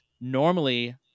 normally